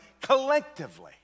collectively